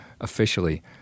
officially